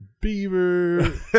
Beaver